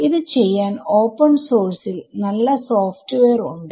ഇത് ചെയ്യാൻ ഓപ്പൺ സോഴ്സ്ൽ നല്ല സോഫ്റ്റ്വെയർ ഉണ്ട്